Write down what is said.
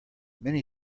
many